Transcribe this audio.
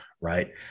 right